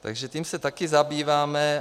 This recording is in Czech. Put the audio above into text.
Takže tím se taky zabýváme.